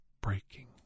breaking